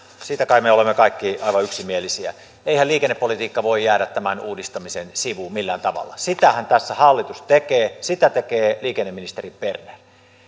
siitä kai me olemme kaikki aivan yksimielisiä eihän liikennepolitiikka voi jäädä tästä uudistamisesta sivuun millään tavalla sitähän tässä hallitus tekee sitä tekee liikenneministeri berner